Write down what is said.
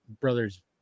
brothers